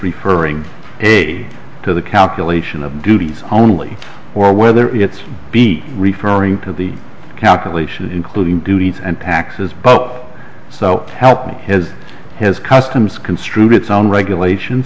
referring a to the calculation of duties only or whether it's be referring to the calculation including duties and taxes both so help me has his customs construed its own regulations